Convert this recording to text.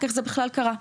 איך זה בכלל קרה?